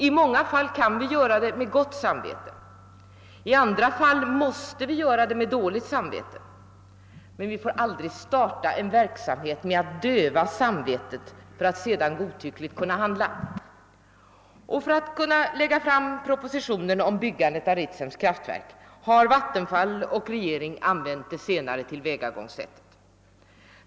I många fall kan vi göra det med gott samvete, i andra fall måste vi göra det med dåligt samvete. Men vi får aldrig starta en verksamhet med att döva samvetet för att sedan godtyckligt kunna handla. För att kunna lägga fram propositionen om byggandet av Ritsems kraftverk har Vattenfall och regering använt det senare tillvägagångssättet.